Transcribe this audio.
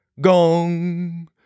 Gong